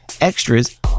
extras